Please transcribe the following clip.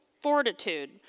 fortitude